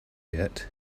yet